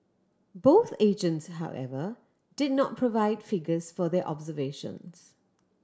both agents however did not provide figures for their observations